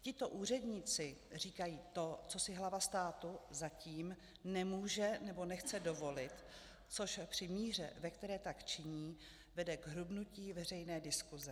Tito úředníci říkají to, co si hlava státu zatím nemůže nebo nechce dovolit, což při míře, ve které tak činí, vede k hrubnutí veřejné diskuse.